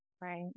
Right